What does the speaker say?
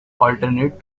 alternate